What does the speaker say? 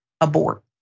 abort